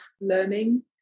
learning